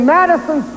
Madison